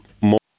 more